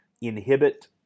inhibit